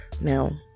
Now